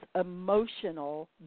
emotional